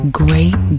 great